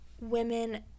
women